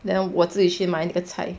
then 我自己去卖那个菜